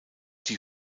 die